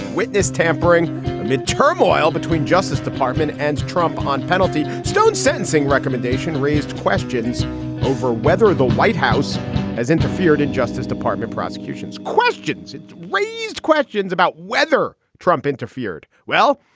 witness tampering amid turmoil between justice department and trump on penalty stone sentencing recommendation raised questions over whether the white house has interfered in justice department prosecutions questions raised questions about whether trump interfered. well,